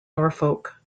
norfolk